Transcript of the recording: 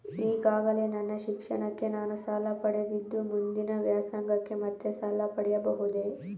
ಈಗಾಗಲೇ ನನ್ನ ಶಿಕ್ಷಣಕ್ಕೆ ನಾನು ಸಾಲ ಪಡೆದಿದ್ದು ಮುಂದಿನ ವ್ಯಾಸಂಗಕ್ಕೆ ಮತ್ತೆ ಸಾಲ ಪಡೆಯಬಹುದೇ?